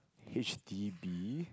H_D_B